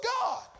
God